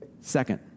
Second